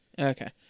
okay